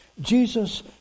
Jesus